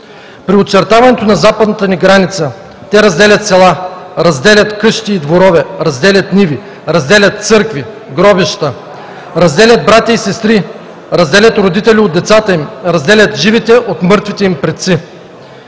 При очертаването на западната ни граница те разделят села, къщи и дворове, ниви, църкви, гробища, разделят братя и сестри, родители от децата им, разделят живите от мъртвите им предци.